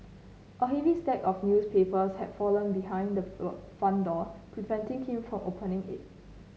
a heavy stack of newspapers have fallen behind the front door preventing him from opening it